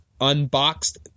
unboxed